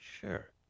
sure